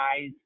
guys